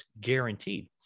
guaranteed